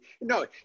no